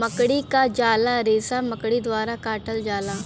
मकड़ी क झाला रेसा मकड़ी द्वारा काटल जाला